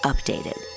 Updated